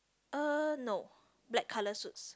uh no black colour suits